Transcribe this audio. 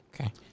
Okay